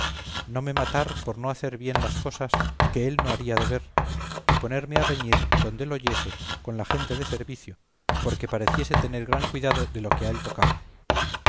no me matar por no hacer bien las cosas que él no había de ver y ponerme a reñir donde lo oyese con la gente de servicio porque pareciese tener gran cuidado de lo que a él tocaba